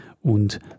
und